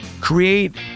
create